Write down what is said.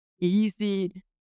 easy